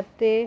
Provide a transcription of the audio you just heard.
ਅਤੇ